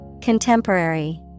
Contemporary